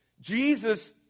Jesus